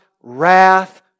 wrath